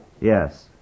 Yes